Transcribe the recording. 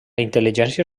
intel·ligència